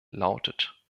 lautet